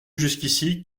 jusqu’ici